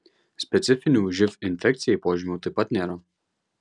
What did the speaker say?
specifinių živ infekcijai požymių taip pat nėra